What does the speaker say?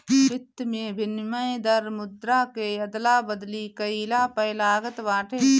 वित्त में विनिमय दर मुद्रा के अदला बदली कईला पअ लागत बाटे